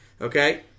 Okay